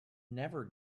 never